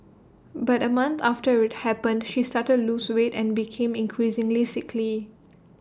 but A month after would happened she started to lose weight and became increasingly sickly